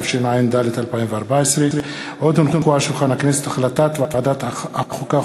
התשע"ד 2014. החלטת ועדת החוקה,